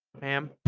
ma'am